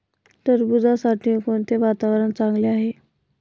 टरबूजासाठी कोणते वातावरण चांगले आहे?